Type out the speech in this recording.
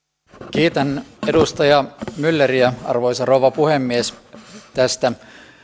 kiitän edustaja mylleriä arvoisa rouva puhemies tästä